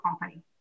company